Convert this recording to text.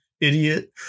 idiot